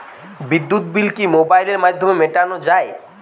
বিদ্যুৎ বিল কি মোবাইলের মাধ্যমে মেটানো য়ায়?